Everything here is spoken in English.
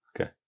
okay